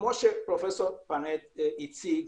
כפי שפרופ' פנט הציג,